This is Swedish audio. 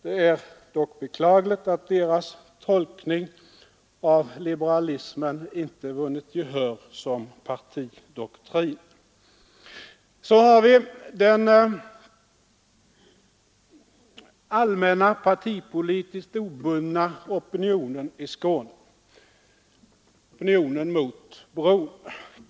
Det är dock beklagligt att deras tolkning av liberalismen inte vunnit gehör som partidoktrin. Så har vi den allmänna partipolitiskt obundna opinionen i Skåne — opinionen mot bron.